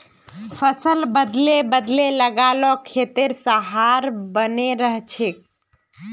फसल बदले बदले लगा ल खेतेर सहार बने रहछेक